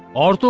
are